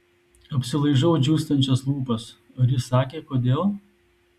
apsilaižau džiūstančias lūpas ar jis sakė kodėl